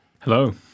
Hello